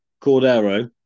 Cordero